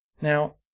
Now